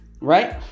right